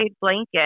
blanket